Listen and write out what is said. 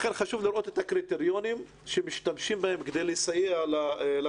לכן חשוב לראות את הקריטריונים שמשתמשים בהם כדי לסייע לתרבות,